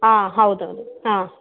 ಹಾಂ ಹೌದು ಹೌದು ಹಾಂ